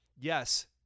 Yes